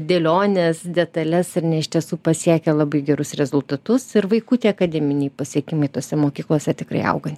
dėlionės detales ar ne iš tiesų pasiekia labai gerus rezultatus ir vaikų tie akademiniai pasiekimai tose mokyklose tikrai auga